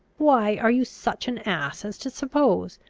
why, are you such an ass as to suppose,